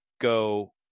go